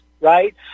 right